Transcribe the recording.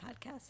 podcast